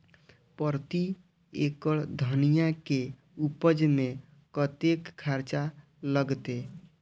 प्रति एकड़ धनिया के उपज में कतेक खर्चा लगते?